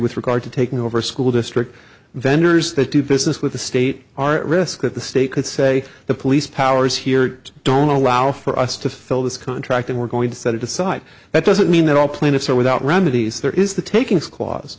with regard to taking over school districts vendors that do business with the state are at risk that the state could say the police powers here don't allow for us to fill this contract and we're going to set aside that doesn't mean that all plaintiffs are without remedies there is the taking